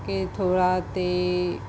કે થોડા તે